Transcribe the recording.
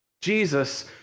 Jesus